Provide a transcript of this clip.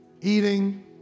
eating